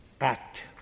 Act